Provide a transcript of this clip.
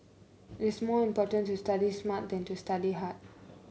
it is more important to study smart than to study hard